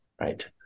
right